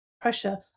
pressure